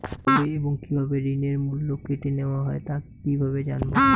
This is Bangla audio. কবে এবং কিভাবে ঋণের মূল্য কেটে নেওয়া হয় তা কিভাবে জানবো?